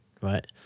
right